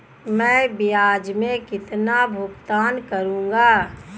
मैं ब्याज में कितना भुगतान करूंगा?